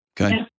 Okay